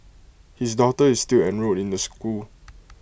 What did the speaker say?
his daughter is still enrolled in the school